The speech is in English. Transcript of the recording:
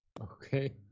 Okay